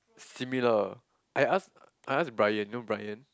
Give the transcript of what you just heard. similar I ask I ask Brian you know Brian